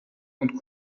und